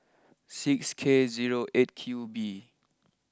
six K zero eight Q B